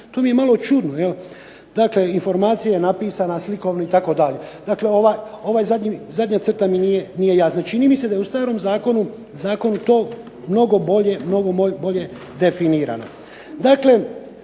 to mi je malo čudno. Dakle, informacija je napisana slikovno itd. Ova zadnja crta mi nije jasna. Čini mi se da je u starom zakonu mnogo bolje definirano.